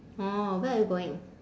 orh where are you going